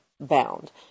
bound